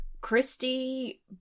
Christy